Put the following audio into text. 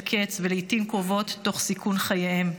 קץ ולעיתים קרובות תוך סיכון חייהם.